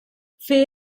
fer